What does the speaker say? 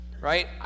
right